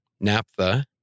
naphtha